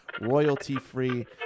royalty-free